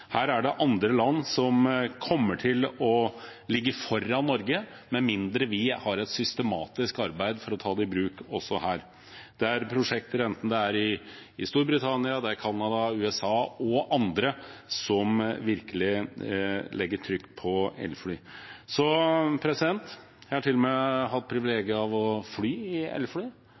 Her er det andre land som kommer til å ligge foran Norge, med mindre vi har et systematisk arbeid for å ta det i bruk også her. Det er prosjekter, enten det er i Storbritannia, Canada, USA eller andre land, som virkelig legger trykk på elfly. Jeg har hatt privilegiet av å fly i elfly